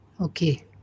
okay